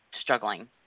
struggling